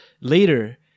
later